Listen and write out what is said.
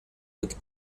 with